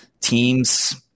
teams